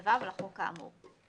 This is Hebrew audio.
12ו לחוק האמור,